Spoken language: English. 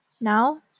Now